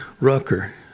Rucker